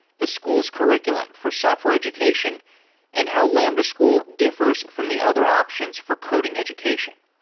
the school's curriculum for software education and how lambda school differs from the other options for coding education.